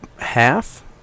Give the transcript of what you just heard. half